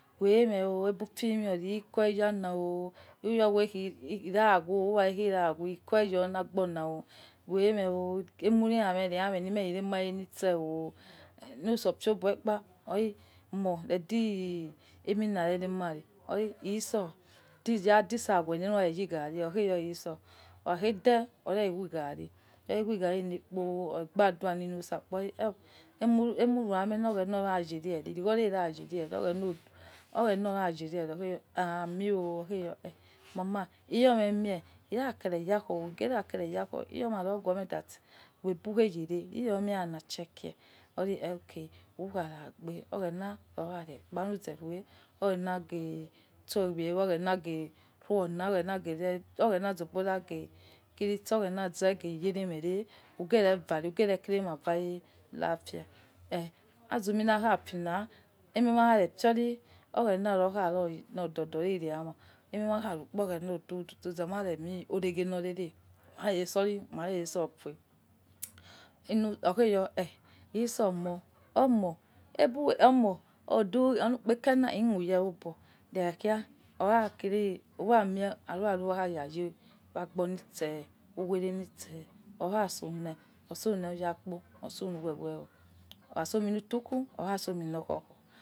Ghueme ubi fime oh kheyo, ure o ira ghue uware ira ghue eque yo olagbona. Ghueme umureme remein lime rure mare liitse musah pio obo yekpa ormo redi ehoina rere mare okhi iso atleast ya di saghue lure yagaci okhe yo iso oghede ore wigaci oai wigain lekpo. Ogbadua li musah ehiy ghuame oghena yar yare irigwo ya yare oghena ya yare oghe ye ameen ooh-kaama iyo me mie irakere yakhyo igere kere yagho iyoma ghueme ghuebughe yare liro nie khakha chede ye oro okay, ukharagbe oghena oya re ekpa ahizarue oghena ghe sumie oghena ghe suola oghena ghe ze yare mere ughere vare ughere kere ma vare lapia. Eh azumi lakha fila emema khyire fiohi oghena okhari otododa lai re' ama, oghena oduni oduni mare mio oreghe lorele mai re fi ohi mare fiokhue, omo olu kpeke na ikhue yo' obo ra khai orakiri araro ukhaya yel abolise uwere lise akhasona letiku oya somie lokhokho.